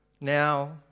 Now